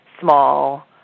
small